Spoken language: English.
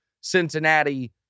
Cincinnati